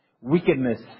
Wickedness